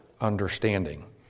understanding